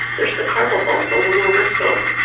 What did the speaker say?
there's the carpal bones, all the little wrist bones.